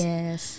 Yes